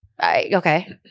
Okay